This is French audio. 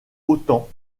autant